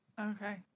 Okay